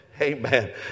Amen